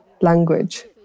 language